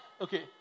Okay